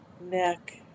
neck